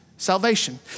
salvation